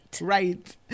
Right